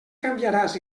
canviaràs